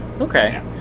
Okay